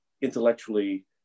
intellectually